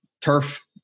Turf